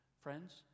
Friends